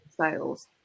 sales